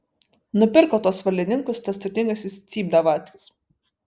nupirko tuos valdininkus tas turtingasis cypdavatkis